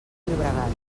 llobregat